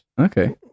Okay